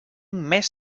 més